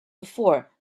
before